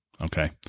Okay